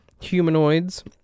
humanoids